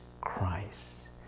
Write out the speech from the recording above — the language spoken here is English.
Christ